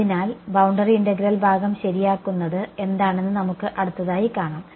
അതിനാൽ boundary integral ഭാഗം ശരിയാക്കുന്നത് എന്താണെന്ന് നമുക്ക് അടുത്തതായി കാണാം